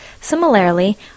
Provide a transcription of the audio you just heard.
Similarly